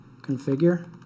configure